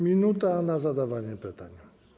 Minuta na zadawanie pytań.